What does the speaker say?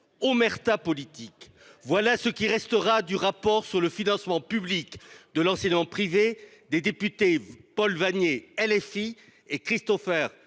omerta politique »: voilà ce qui restera du rapport sur le financement public de l’enseignement privé des députés Paul Vannier, du groupe